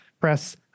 press